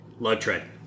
Lugtread